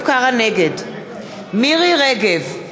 נגד מירי רגב,